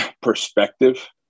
perspective